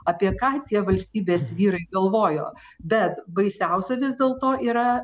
apie ką tie valstybės vyrai galvojo bet baisiausia vis dėlto yra